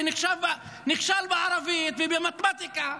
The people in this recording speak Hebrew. ונכשל בערבית ובמתמטיקה.